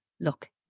look